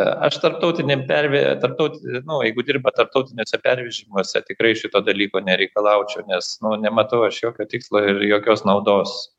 aš tarptautiniam perve tarptautinia nu jeigu dirba tarptautiniuose pervežimuose tikrai šito dalyko nereikalaučiau nes nu nematau aš jokio tikslo ir jokios naudos